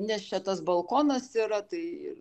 nes čia tas balkonas yra tai ir